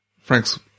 Frank's